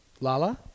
Lala